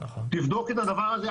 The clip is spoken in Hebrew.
תבדוק את הדבר הזה.